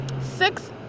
Six